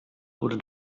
wurde